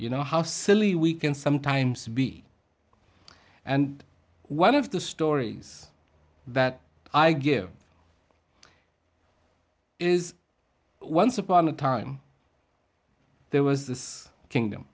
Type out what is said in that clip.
you know how silly we can sometimes be and one of the stories that i give is once upon a time there was this kingdom